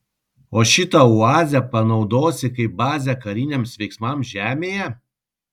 o šitą oazę panaudosi kaip bazę kariniams veiksmams žemėje